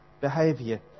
behavior